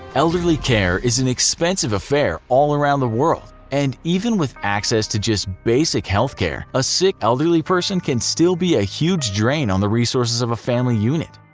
elderly care is an expensive affair all around the world, and even with access to just basic health care a sick elderly person can still be a huge drain on the resources of a family unit.